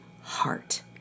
heart